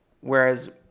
whereas